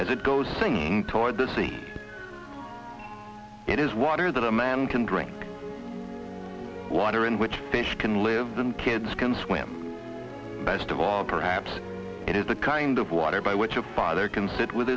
as it goes singing toward the sea it is water that a man can drink water in which fish can live than kids can swim best of all perhaps it is the kind of water by which a father can sit with